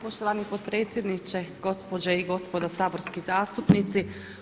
Poštovani potpredsjedniče, gospođe i gospodo saborski zastupnici.